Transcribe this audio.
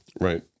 Right